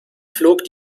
flog